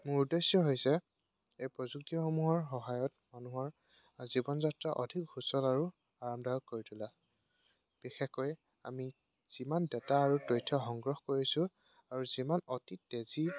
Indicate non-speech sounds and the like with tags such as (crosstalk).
মোৰ উদ্দেশ্য হৈছে এই প্ৰযুক্তিসমূহৰ সহায়ত মানুহৰ জীৱন যাত্ৰা অধিক সুচল আৰু আৰামদায়ক কৰি তোলা বিশেষকৈ আমি যিমান ডাটা আৰু তথ্য সংগ্ৰহ কৰিছোঁ আৰু যিমান অতি (unintelligible)